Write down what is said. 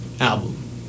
album